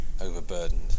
overburdened